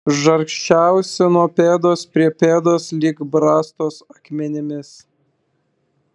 žargsčiausi nuo pėdos prie pėdos lyg brastos akmenimis